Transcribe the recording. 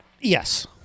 Yes